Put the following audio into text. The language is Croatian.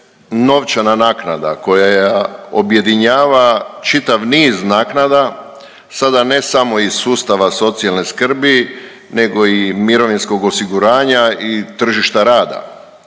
novčana naknada koja objedinjava čitav niz naknada, sada ne samo iz sustava socijalne skrbi nego i mirovinskog osiguranja i tržišta rada.